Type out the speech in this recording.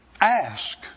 ask